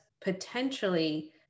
potentially